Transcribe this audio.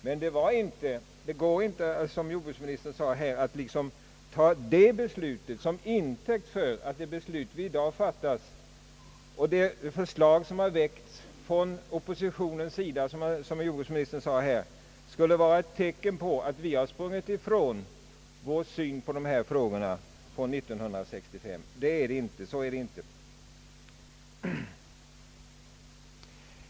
Men man kan inte, som jordbruksministern här, liksom ta det beslutet till intäkt för jordbruksministerns uppfattning att oppositionens förslag skulle vara ett tecken på att vi sprungit ifrån vår ståndpunkt 1965 när det gäller dessa frågor.